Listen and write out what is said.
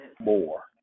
more